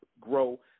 grow